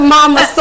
Mama